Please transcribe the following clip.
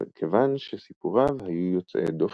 כיוון שסיפוריו היו יוצאי דופן.